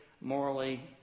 morally